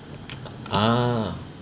ah